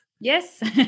Yes